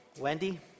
Wendy